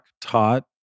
taught